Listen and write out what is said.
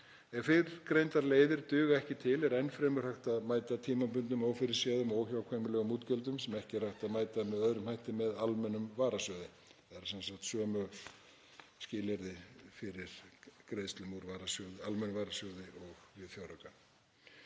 Ef fyrrgreindar leiðir duga ekki til er enn fremur hægt að mæta tímabundnum, ófyrirséðum og óhjákvæmilegum útgjöldum, sem ekki er hægt að mæta með öðrum hætti, með almennum varasjóði. Það eru sem sagt sömu skilyrði fyrir greiðslum úr almennum varasjóði og við fjárauka.